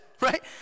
right